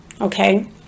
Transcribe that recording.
Okay